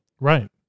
Right